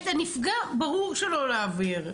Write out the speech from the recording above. את הנפגע ברור שלא להעביר.